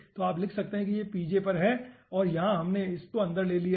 तो आप लिख सकते हैं कि यह पर है और यहाँ हमने इस एक को अंदर ले लिया है